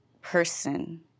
person